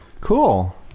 cool